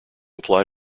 apply